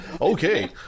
Okay